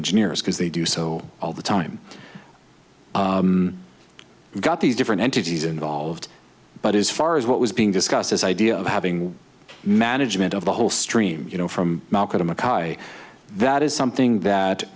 engineers because they do so all the time you've got these different entities involved but as far as what was being discussed this idea of having management of the whole stream you know from malcolm mci that is something that